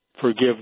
forgive